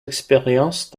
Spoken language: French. expériences